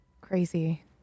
crazy